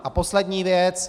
A poslední věc.